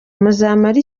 muzamara